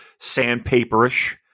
sandpaperish